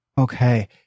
Okay